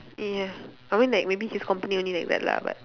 ya I mean like maybe his company only like that lah but